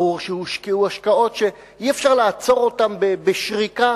ברור שהושקעו השקעות שאי-אפשר לעצור בשריקה